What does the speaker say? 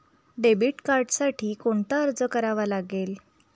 Debit कार्डसाठी कोणता अर्ज करावा लागेल?